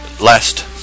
last